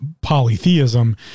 polytheism